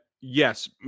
yes